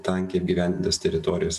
tankiai apgyvendintas teritorijas